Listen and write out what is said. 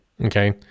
Okay